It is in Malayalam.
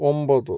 ഒൻപത്